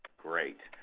great.